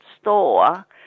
store